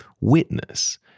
witness